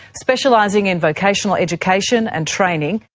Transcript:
specialising in vocational education and training.